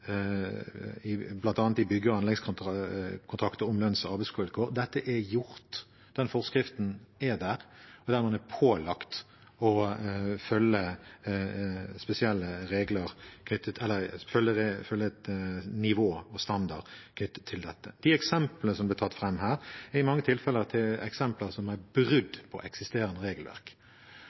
kontrakter, bl.a. i bygge- og anleggskontrakter. Dette er gjort, den forskriften er der, og man er pålagt et visst nivå og en standard knyttet til dette. De eksemplene som er tatt fram her, er i mange tilfeller eksempler på brudd på det eksisterende regelverket. Det har formodningen mot seg at de som er villige til å bryte dagens regelverk,